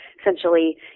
essentially